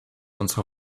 unserer